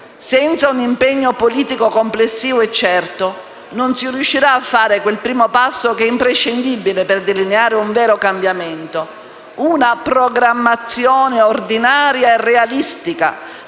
senza un impegno politico complessivo e certo non si riuscirà a fare quel primo passo che è imprescindibile per delineare un vero cambiamento: una programmazione ordinaria e realistica